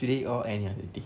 today or any other day